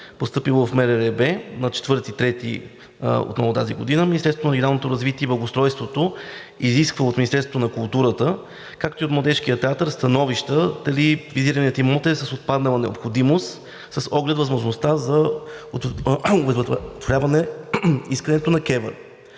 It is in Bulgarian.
постъпило в МРРБ на 4 март тази година, Министерството на регионалното развитие и благоустройството изисква от Министерството на културата, както и от Младежкия театър, становища дали визираният имот е с отпаднала необходимост с оглед възможността за удовлетворяване искането на КЕВР.